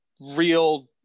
real